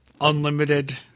unlimited